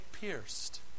pierced